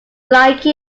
like